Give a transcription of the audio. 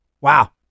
wow